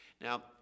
Now